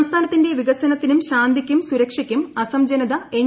സംസ്ഥാനത്തിന്റെ വികസനത്തിനും ശാന്തിക്കും സുരക്ഷയ്ക്കും അസം ജനത ് എൻ